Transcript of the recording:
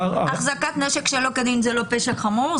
החזקת נשק שלא כדין זה לא פשע חמור,